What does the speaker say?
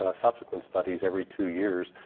ah subsequent studies every two years.